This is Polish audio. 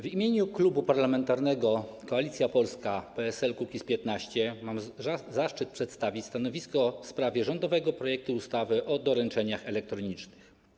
W imieniu Klubu Parlamentarnego Koalicja Polska - PSL - Kukiz15 mam zaszczyt przedstawić stanowisko w sprawie rządowego projektu ustawy o doręczeniach elektronicznych.